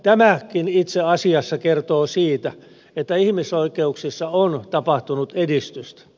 tämäkin itse asiassa kertoo siitä että ihmisoikeuksissa on tapahtunut edistystä